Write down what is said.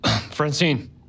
Francine